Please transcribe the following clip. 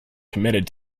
committed